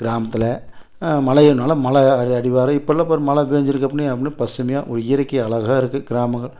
கிராமத்துல மழையதனால மலை அடிவாரம் இப்போல்லாம் பார் மழை பெஞ்சிருக்க அப்னே அப்புடின்னா பசுமையாக ஒரு இயற்கை அழகாகருக்கு கிராமங்கள்